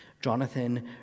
Jonathan